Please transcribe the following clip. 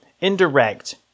indirect